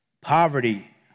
poverty